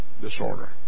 disorder